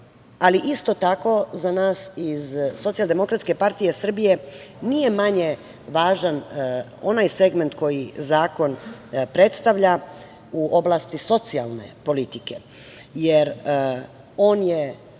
ali isto tako za nas iz Socijaldemokratske partije Srbije nije manje važan onaj segment koji zakon predstavlja u oblasti socijalne politike, jer on je